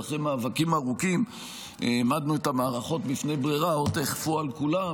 אחרי מאבקים ארוכים העמדנו את המערכות בפני ברירה: או תאכפו על כולם